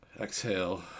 exhale